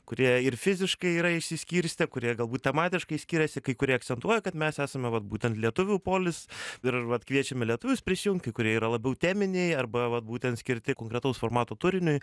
kurie ir fiziškai yra išsiskirstę kurie galbūt dramatiškai skiriasi kai kurie akcentuoja kad mes esame vat būtent lietuvių polis ir vat kviečiame lietuvius prisijungti kurie yra labiau teminiai arba vat būtent skirti konkretaus formato turiniui